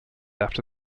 after